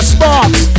Sparks